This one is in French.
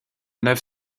neuve